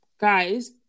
guys